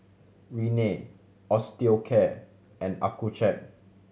Rene Osteocare and Accucheck